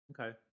Okay